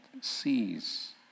sees